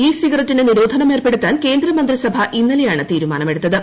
E സിഗരറ്റിന് നിരോധനം ഏർപ്പെടുത്താൻ കേന്ദ്ര മന്ത്രിസഭ ഇന്നലെയ്യാണ്തീരുമാനം എടുത്തത്